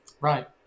Right